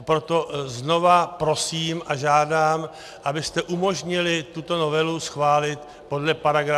Proto znova prosím a žádám, abyste umožnili tuto novelu schválit podle § 90.